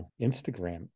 Instagram